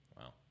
Wow